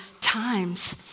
times